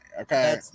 okay